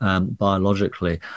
Biologically